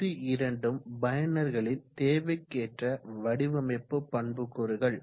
இது இரண்டும் பயனர்களின் தேவைக்கேற்ற வடிவமைப்பு பண்புக்கூறுகள்